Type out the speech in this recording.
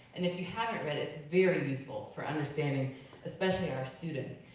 and if you haven't read it it's very useful for understanding especially our students.